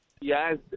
Yes